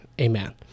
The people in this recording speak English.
amen